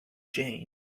jane